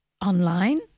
online